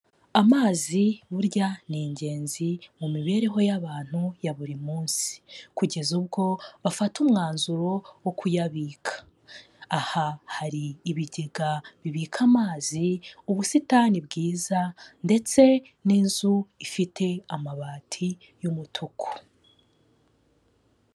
Amazi burya ni ingenzi mu mibereho y'abantu ya buri munsi. Kugeza ubwo bafata umwanzuro wo kuyabika. Aha hari ibigega bibika amazi, ubusitani bwiza ndetse n'inzu ifite amabati y'umutuku.